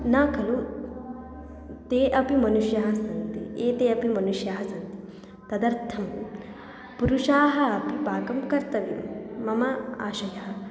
न खलु ते अपि मनुष्याः सन्ति एते अपि मनुष्याः सन्ति तदर्थं पुरुषाः अपि पाकं कर्तव्यं मम आशयः